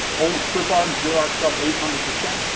old clip art, xeroxed stuff, eight hundred percent,